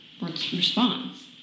response